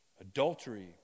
adultery